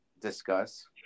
discuss